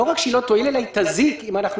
לא רק שהיא לא תועיל אלא היא תזיק אם אנחנו